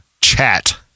chat